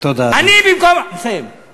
אני מסיים.